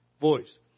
voice